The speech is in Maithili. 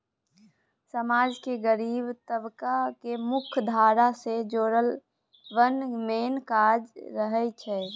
समाज केर गरीब तबका केँ मुख्यधारा सँ जोड़ब मेन काज रहय छै